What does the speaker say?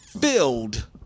filled